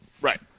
Right